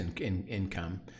income